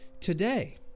today